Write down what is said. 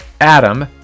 adam